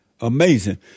Amazing